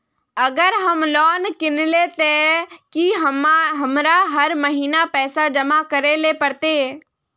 अगर हम लोन किनले ते की हमरा हर महीना पैसा जमा करे ले पड़ते?